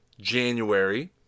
January